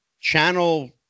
channel